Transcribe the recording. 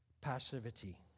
Passivity